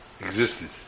existed